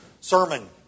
sermon